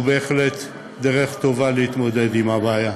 הוא בהחלט דרך טובה להתמודד עם הבעיה.